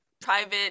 private